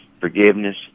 Forgiveness